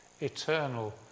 eternal